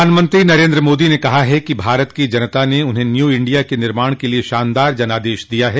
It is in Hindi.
प्रधानमंत्री नरेन्द्र मोदी ने कहा है कि भारत की जनता ने उन्हें न्यू इंडिया के निर्माण के लिये शानदार जनादेश दिया है